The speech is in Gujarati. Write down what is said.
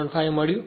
5 મળ્યું